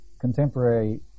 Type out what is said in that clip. contemporary